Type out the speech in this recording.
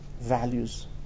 values